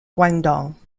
guangdong